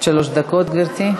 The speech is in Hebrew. שלוש דקות, גברתי.